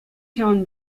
ҫавӑн